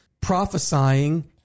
prophesying